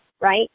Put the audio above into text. right